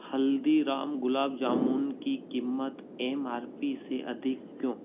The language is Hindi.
हल्दीराम गुलाब जामुन की क़ीमत एम आर पी से अधिक क्यों